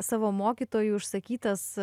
savo mokytojų išsakytas